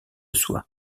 soi